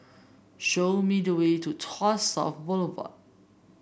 show me the way to Tuas South Boulevard